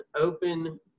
open